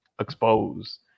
exposed